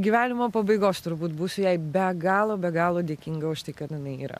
gyvenimo pabaigos turbūt būsiu jai be galo be galo dėkinga už tai kad jinai yra